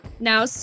Now